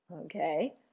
Okay